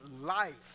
life